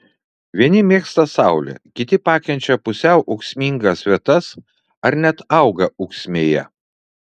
vieni mėgsta saulę kiti pakenčia pusiau ūksmingas vietas ar net auga ūksmėje